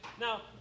Now